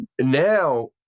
Now